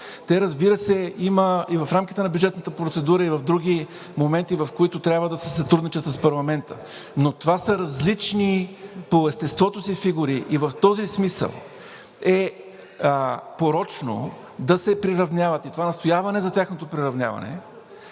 се, за тях има и в рамките на бюджетната процедура, и в други моменти, в които трябва да си сътрудничат с парламента, но това са различни по естеството си фигури. В този смисъл е порочно да се приравняват и това настояване за тяхното приравняване